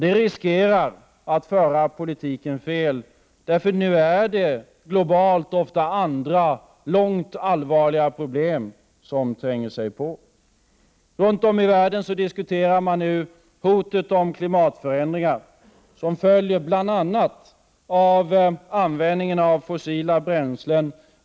Det riskerar att föra politiken fel. Nu är det globalt ofta andra och långt allvarligare problem som tränger sig på. Runt om i världen diskuterar man nu hotet om klimatförändringar, som följer bl.a. av användningen av fossila bränslen.